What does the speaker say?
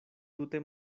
tute